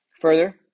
Further